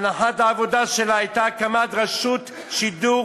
שהנחת העבודה שלה הייתה הקמת רשות שידור